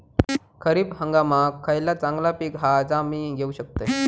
खरीप हंगामाक खयला चांगला पीक हा जा मी घेऊ शकतय?